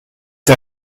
der